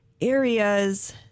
areas